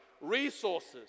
resources